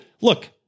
look